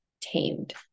tamed